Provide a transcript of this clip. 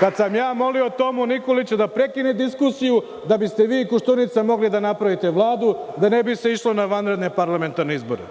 kada sam ja molio Tomu Nikolića da prekine diskusiju da biste vi i Koštunica mogli da napravite Vladu, da ne bi se išlo na vanredne parlamentarne izbore,